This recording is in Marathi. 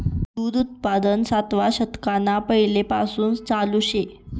दूध उत्पादन सातवा शतकना पैलेपासून चालू शे